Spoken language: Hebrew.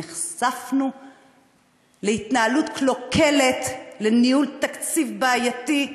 נחשפנו להתנהלות קלוקלת, לניהול תקציב בעייתי.